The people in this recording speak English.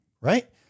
right